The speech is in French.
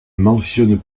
mentionne